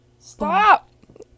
Stop